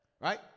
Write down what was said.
Right